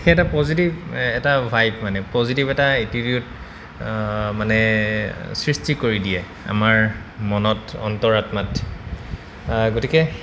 সেই এটা পজিটিভ এটা ভাইব মানে পজিটিভ এটা এটিটিউড মানে সৃষ্টি কৰি দিয়ে আমাৰ মনত অন্তৰাত্মাত গতিকে